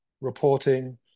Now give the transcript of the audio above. reporting